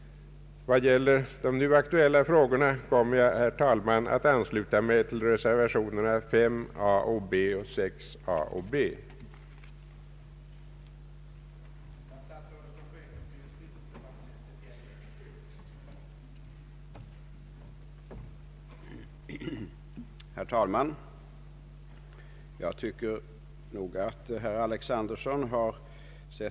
Vad gäller de nu aktuella frågorna kommer jag, herr talman, att ansluta mig till reservationerna a och b vid punkten 17 samt a och b vid punkten 18.